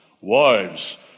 Wives